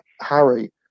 Harry